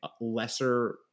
lesser